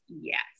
Yes